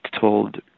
Told